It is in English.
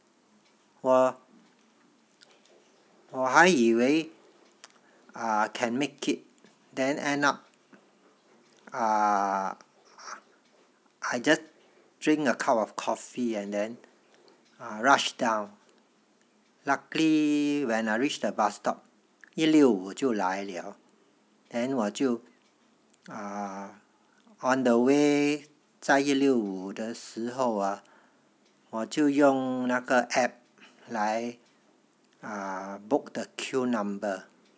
我我还以为 uh can make it then end up uh I just drink a cup of coffee and then uh rushed down luckily when I reach the bus stop 一六五就来了 then 我就 uh on the way 在一六五的时候啊我就用那个 app 来 ah book the queue number